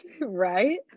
right